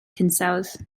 hinsawdd